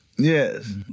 Yes